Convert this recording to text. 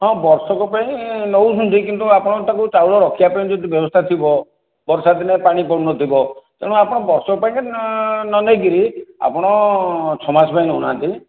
ହଁ ବର୍ଷକ ପାଇଁ ନେଉଛନ୍ତି କିନ୍ତୁ ଆପଣ ତାକୁ ଚାଉଳ ରଖିବା ପାଇଁ ଯଦି ବ୍ୟବସ୍ଥା ଥିବ ବର୍ଷା ଦିନେ ପାଣି ପଡ଼ୁନଥିବ ତେଣୁ ଆପଣ ବର୍ଷକ ପାଇଁକା ନ ନେଇକିରି ଆପଣ ଛ ମାସ ପାଇଁ ନେଉନାହାଁନ୍ତି